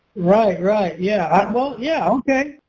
right, right? yeah, well, yeah, okay,